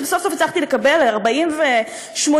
כשסוף-סוף הצלחתי לקבל 48 עמודים,